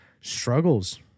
struggles